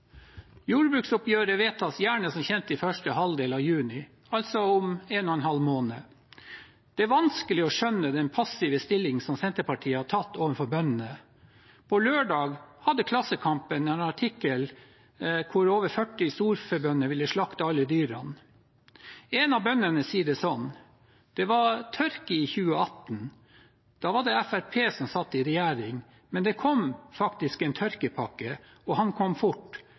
Jordbruksoppgjøret vedtas gjerne som kjent i første halvdel av juni, altså om en og en halv måned. Det er vanskelig å skjønne den passive stillingen som Senterpartiet har tatt overfor bøndene. På lørdag hadde Klassekampen en artikkel hvor over 40 storfebønder ville slakte alle dyrene. En av bøndene sier det sånn: «Det var tørke i 2018. Då var det Frp som sat i regjering, men det kom ein tørkepakke. Og han kom fort.